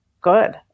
good